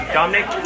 Dominic